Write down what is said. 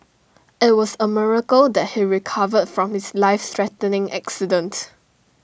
IT was A miracle that he recovered from his life threatening accident